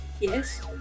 Yes